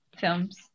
films